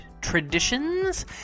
traditions